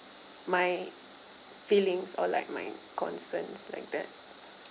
my feelings or like my concerns like that